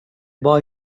boy